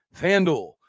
FanDuel